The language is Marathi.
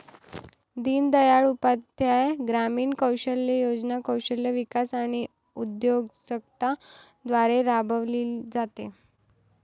दीनदयाळ उपाध्याय ग्रामीण कौशल्य योजना कौशल्य विकास आणि उद्योजकता द्वारे राबविली जाते